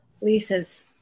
Lisa's